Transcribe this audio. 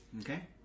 Okay